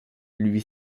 lui